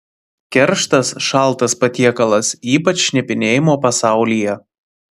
kerštas šaltas patiekalas ypač šnipinėjimo pasaulyje